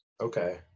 Okay